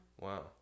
Wow